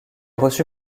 reçu